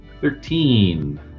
Thirteen